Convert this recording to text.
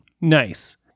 Nice